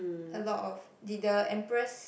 a lot of did the empress